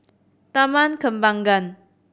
Taman Kembangan